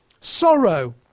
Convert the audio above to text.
Sorrow